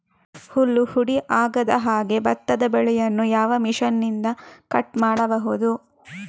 ಹುಲ್ಲು ಹುಡಿ ಆಗದಹಾಗೆ ಭತ್ತದ ಬೆಳೆಯನ್ನು ಯಾವ ಮಿಷನ್ನಿಂದ ಕಟ್ ಮಾಡಬಹುದು?